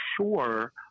sure